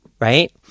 right